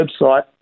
website